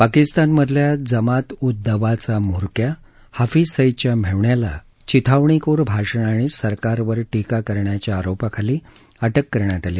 पाकिस्तानातल्या जमात उद दवा म्होरक्या हाफिज सईदच्या मेहूण्याला चिथावणीखोर भाषण आणि सरकारवर टीका करणाच्या आरोपाखाली अटक करण्यात आली